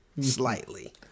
Slightly